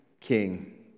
king